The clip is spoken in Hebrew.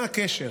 מה הקשר